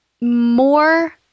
more